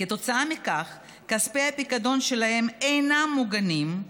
כתוצאה מכך כספי הפיקדון שלהם אינם מוגנים,